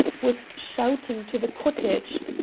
was shouting to the cottage.